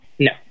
No